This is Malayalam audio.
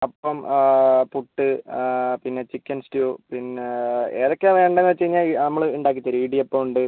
അപ്പം പുട്ട് പിന്നെ ചിക്കൻ സ്റ്റ്യൂ പിന്നെ ഏതൊക്കെയാണ് വേണ്ടതെന്ന് വെച്ച് കഴിഞ്ഞാൽ നമ്മൾ ഉണ്ടാക്കി തരും ഇടിയപ്പം ഉണ്ട്